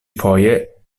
foje